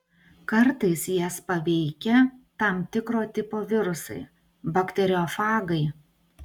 kartais jas paveikia tam tikro tipo virusai bakteriofagai